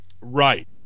Right